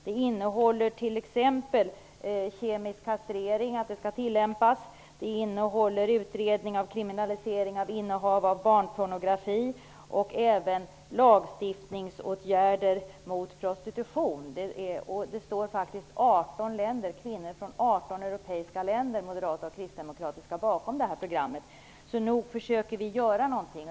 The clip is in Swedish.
Det innehåller t.ex. krav på tillämpning av kemisk kastrering, på utredning av kriminalisering av innehav av barnpornografi och även krav på lagstiftningsåtgärder mot prostitution. Det är faktiskt moderata och kristdemokratiska kvinnor från 18 europeiska länder som står bakom detta program. Så nog försöker vi att göra någonting.